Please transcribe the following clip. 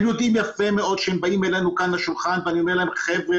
הם יודעים יפה מאוד שכשהם באים אלינו לשולחן אני אומר להם: חבר'ה,